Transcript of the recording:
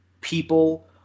people –